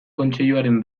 kontseiluaren